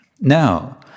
Now